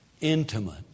intimate